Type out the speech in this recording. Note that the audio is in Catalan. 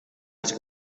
els